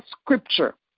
scripture